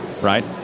right